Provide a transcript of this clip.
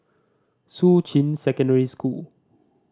Shuqun Secondary School